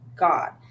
god